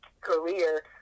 career